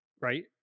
Right